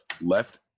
left